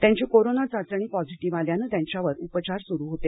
त्यांची कोरोना चाचणी पॉसिटीव्ह आल्यामुळे त्यांच्यावर उपचार सुरू होते